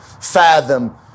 fathom